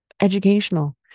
educational